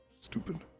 Stupid